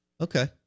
Okay